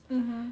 mmhmm